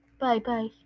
Bye-bye